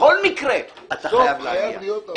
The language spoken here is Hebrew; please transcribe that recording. בכל מקרה אתה חייב להגיע.